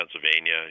Pennsylvania